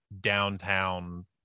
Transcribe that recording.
downtown